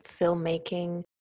filmmaking